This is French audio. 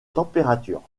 température